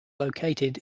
located